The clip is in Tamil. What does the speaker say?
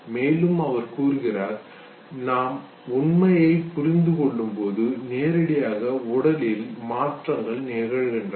மேலும் அவர் கூறுகிறார் நாம் உண்மையை புரிந்து கொள்ளும்போது நேரடியாக உடலில் மாற்றங்கள் நிகழ்கின்றன